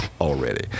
already